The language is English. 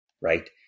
right